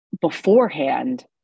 beforehand